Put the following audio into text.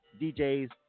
DJs